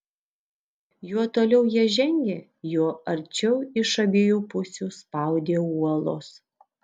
juo toliau jie žengė juo arčiau iš abiejų pusių spaudė uolos